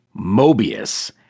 Mobius